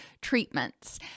treatments